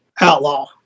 Outlaw